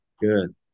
good